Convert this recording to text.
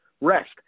rest